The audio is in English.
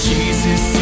Jesus